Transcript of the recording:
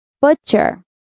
Butcher